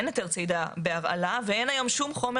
אין היתר צידה בהרעלה ואין היום שום חומר